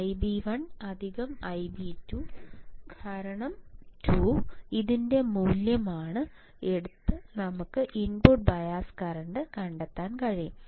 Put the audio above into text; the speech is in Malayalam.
| Ib1 Ib2 | 2 മോഡ് എടുത്ത് നമുക്ക് ഇൻപുട്ട് ബയസ് കറന്റ് കണ്ടെത്താൻ കഴിയും